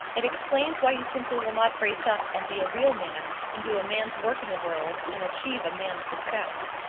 it explains why you simply will not brace up, and be a real man, and do a man's work in the world, and achieve a man's success.